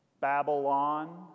Babylon